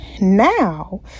now